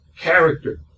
character